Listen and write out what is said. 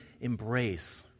embrace